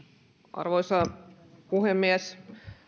arvoisa puhemies